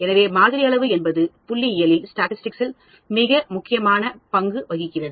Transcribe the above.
எனவே மாதிரி அளவு என்பது புள்ளியியலில் மிக முக்கியமான பங்கு வகிக்கிறது